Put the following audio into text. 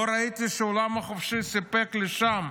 לא ראיתי שהעולם החופשי סיפק לשם,